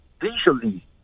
visually